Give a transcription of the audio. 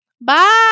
bye